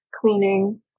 cleaning